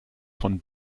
von